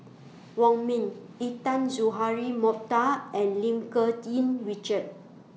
Wong Ming Intan Azura Mokhtar and Lim Yih Richard